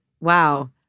Wow